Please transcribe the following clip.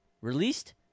Released